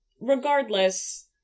Regardless